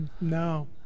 No